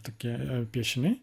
tokie piešiniai